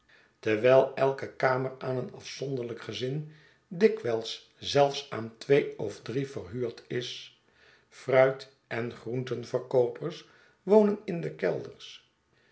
terwijl elke kamer aan een afzonderlijk gezin dikwijls zelfs aan twee of drie verhuurd is fruit en groentenverkoopers wonen in de kelders